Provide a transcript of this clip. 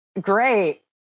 Great